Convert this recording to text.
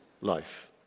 life